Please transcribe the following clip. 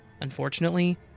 Unfortunately